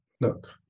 Look